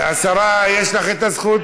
השרה, יש לך הזכות,